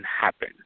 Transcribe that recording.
happen